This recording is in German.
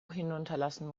hinunterlassen